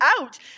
out